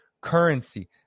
currency